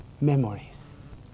memories